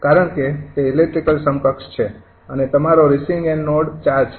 કારણ કે તે ઇલેક્ટ્રિકલ સમકક્ષ છે અને તમારો રિસીવિંગ એન્ડ નોડ ૪ છે